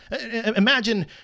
Imagine